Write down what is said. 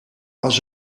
als